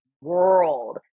world